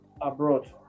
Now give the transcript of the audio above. abroad